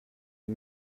des